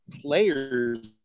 players